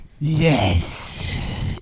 Yes